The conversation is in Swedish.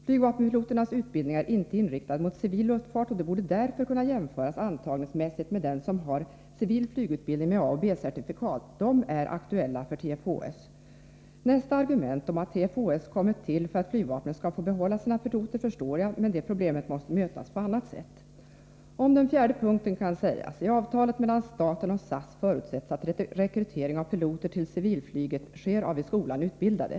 Flygvapenpiloternas utbildning är inte inriktad mot civil luftfart, och de borde därför kunna jämföras antagningsmässigt med dem som har civil flygutbildning med A och B-certifikat. De är nämligen aktuella för TFHS. Nästa argument, att TFHS kommit till för att flygvapnet skall få behålla sina piloter, har jag förståelse för, men det problemet måste mötas på annat sätt. Om den fjärde punkten kan sägas följande. I avtalet mellan staten och SAS förutsätts att rekrytering av piloter till civilt trafikflyg sker av vid skolan utbildade.